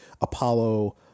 apollo